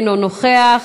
אינו נוכח,